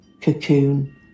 cocoon